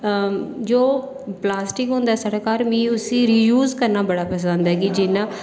जो प्लास्टिक होंदा साढ़े घर मिगी उसी रीयूज करना करना बड़ा पसंद ऐ कि जियां